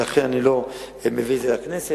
ולכן אני לא מביא את זה לכנסת.